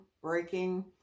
breaking